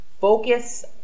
focus